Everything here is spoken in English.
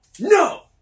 No